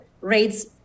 rates